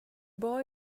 boy